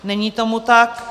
Není tomu tak.